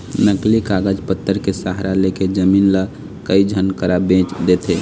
नकली कागज पतर के सहारा लेके जमीन ल कई झन करा बेंच देथे